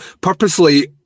purposely